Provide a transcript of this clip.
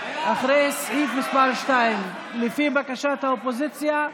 אחרי סעיף מס' 2, לפי בקשת האופוזיציה,